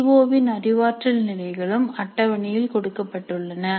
C O இன் அறிவாற்றல் நிலைகளும் அட்டவணையில் கொடுக்கப்பட்டுள்ளன